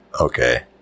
Okay